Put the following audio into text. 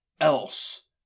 else